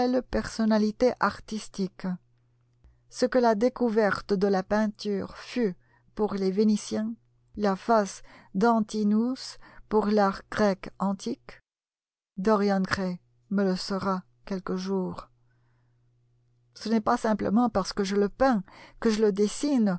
personnalité artistique ce que la découverte de la peinture fut pour les vénitiens la face d'antinous pour l'art grec antique dorian gray me le sera quelque jour ce n'est pas simplement parce que je le peins que je le dessine